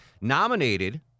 nominated